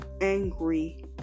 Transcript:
Angry